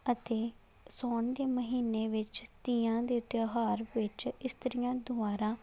ਅਤੇ ਸਾਉਣ ਕੇ ਮਹੀਨੇ ਵਿੱਚ ਤੀਆਂ ਦੇ ਤਿਉਹਾਰ ਵਿੱਚ ਇਸਤਰੀਆਂ ਦੁਆਰਾ